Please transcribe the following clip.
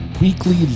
weekly